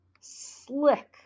slick